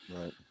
Right